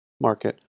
market